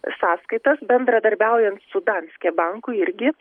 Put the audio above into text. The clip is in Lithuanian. sąskaitas bendradarbiaujant su danske banku irgi